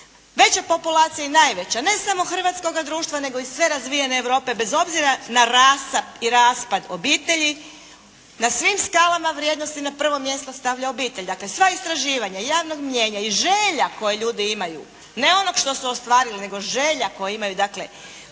Veća populacija je najveća ne samo hrvatskoga društva nego i sve razvijene Europe bez obzira na rasap i raspad obitelji na svim skalama vrijednosti na prvo mjesto stavlja obitelj. Dakle, sva istraživanja javnog mnijenja i želja koje ljudi imaju, ne onog što su ostvarili nego želja koje imaju dakle,